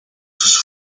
sus